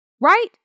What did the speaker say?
Right